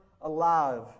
alive